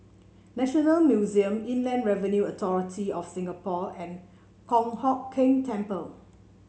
National Museum Inland Revenue Authority of Singapore and Kong Hock Keng Temple